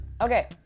Okay